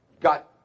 got